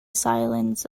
silence